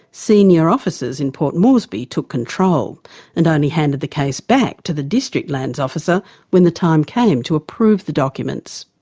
senior officers in port moresby took control and only handed the case back to the district lands officer when the time came to approve the documents.